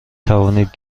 توانید